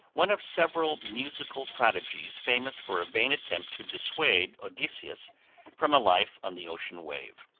one of several musical prodigies famous for a vain attempt to dissuade odysseus from a life on the ocean wave.